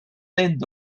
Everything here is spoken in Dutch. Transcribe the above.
lint